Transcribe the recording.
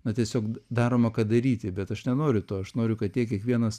na tiesiog daroma kad daryti bet aš nenoriu to aš noriu kad jie kiekvienas